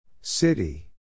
City